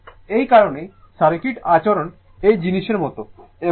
তো এই কারণেই সার্কিট আচরণ এই জিনিসের মতো